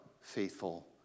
faithful